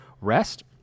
rest